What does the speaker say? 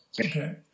Okay